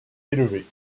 élevée